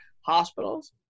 hospitals